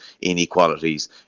inequalities